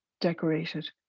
decorated